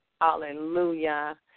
Hallelujah